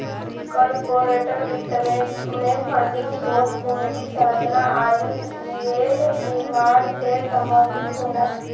corporate वित्त में funding स्रोत, पूंजी संरचना आुर निवेश निर्णय से संबंधित होला